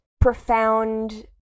profound